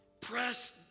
Press